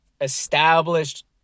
established